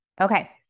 Okay